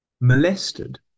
molested